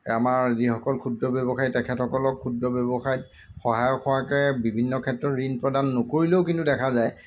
আমাৰ যিসকল ক্ষুদ্ৰ ব্যৱসায়ী তেখেতসকলক ক্ষুদ্ৰ ব্যৱসায়ত সহায় হোৱাকৈ বিভিন্ন ক্ষেত্ৰত ঋণ প্ৰদান নকৰিলেও কিন্তু দেখা যায়